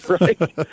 right